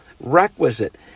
requisite